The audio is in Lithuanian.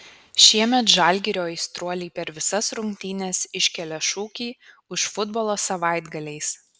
šiemet žalgirio aistruoliai per visas rungtynes iškelia šūkį už futbolą savaitgaliais